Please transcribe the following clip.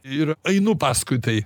ir einu paskui tai